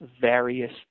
various